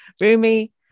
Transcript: Rumi